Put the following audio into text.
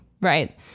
right